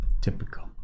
typical